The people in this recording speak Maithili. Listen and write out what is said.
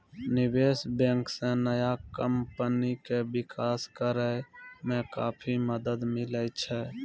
निबेश बेंक से नया कमपनी के बिकास करेय मे काफी मदद मिले छै